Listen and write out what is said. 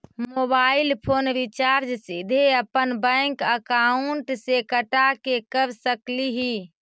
Mobile phone recharge सीधे अपन bank account से कटा के कर सकली ही?